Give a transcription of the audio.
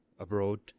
abroad